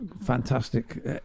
fantastic